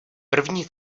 první